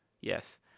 Yes